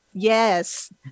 Yes